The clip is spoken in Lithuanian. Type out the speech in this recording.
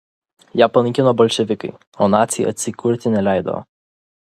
ją panaikino bolševikai o naciai atsikurti neleido